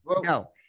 no